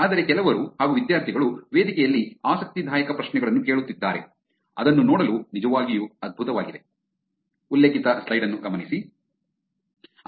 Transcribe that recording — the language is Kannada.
ಆದರೆ ಕೆಲವರು ಹಾಗು ವಿದ್ಯಾರ್ಥಿಗಳು ವೇದಿಕೆಯಲ್ಲಿ ಆಸಕ್ತಿದಾಯಕ ಪ್ರಶ್ನೆಗಳನ್ನು ಕೇಳುತ್ತಿದ್ದಾರೆ ಅದನ್ನು ನೋಡಲು ನಿಜವಾಗಿಯೂ ಅದ್ಭುತವಾಗಿದೆ